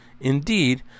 Indeed